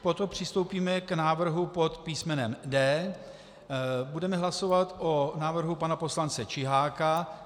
Potom přistoupíme k návrhu pod písmenem D. Budeme hlasovat o návrhu pana poslance Čiháka.